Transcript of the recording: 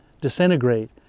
disintegrate